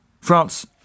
france